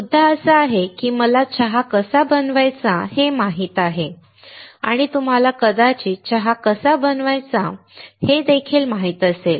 मुद्दा असा आहे की मला चहा कसा बनवायचा हे माहित आहे आणि तुम्हाला कदाचित चहा कसा बनवायचा हे देखील माहित असेल